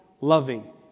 loving